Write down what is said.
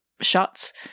shots